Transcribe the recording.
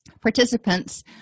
participants